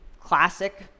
classic